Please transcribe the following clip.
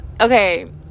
okay